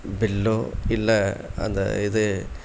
pillow இல்லை அந்த இது